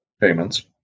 payments